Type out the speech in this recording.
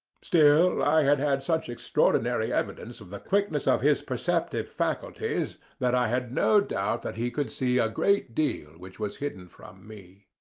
still i had had such extraordinary evidence of the quickness of his perceptive faculties, that i had no doubt that he could see a great deal which was hidden from me.